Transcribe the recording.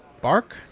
Bark